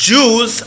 Jews